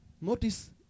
Notice